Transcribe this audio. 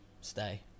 Stay